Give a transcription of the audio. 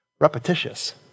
Repetitious